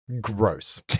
Gross